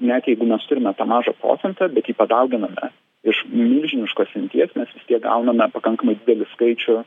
net jeigu mes turime tą mažą procentą bet jį padauginame iš milžiniškos imties mes vis tiek gauname pakankamai didelį skaičių